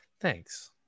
thanks